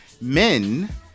men